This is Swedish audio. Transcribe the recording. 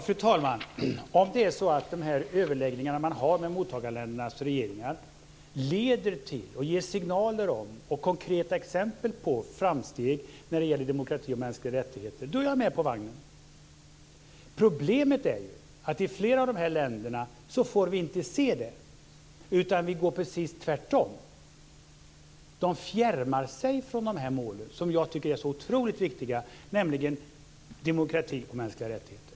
Fru talman! Om överläggningarna med mottagarländernas regeringar leder till, ger signaler om och ger konkreta exempel på framsteg när det gäller demokrati och mänskliga rättigheter är jag med på vagnen! Problemet är att vi i flera av dessa länder inte får se det. Det går precis tvärtom. De fjärmar sig från de mål som är så otroligt viktiga, nämligen demokrati och mänskliga rättigheter.